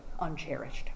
uncherished